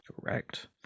Correct